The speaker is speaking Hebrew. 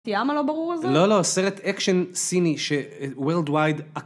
טיאן הלא ברור הזה? לא לא סרט אקשן סיני שווילד ווייד.